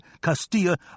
Castilla